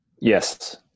Yes